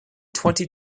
twenty